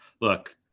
look